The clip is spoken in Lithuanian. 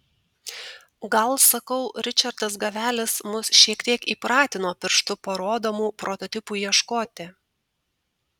gal sakau ričardas gavelis mus šiek tiek įpratino pirštu parodomų prototipų ieškoti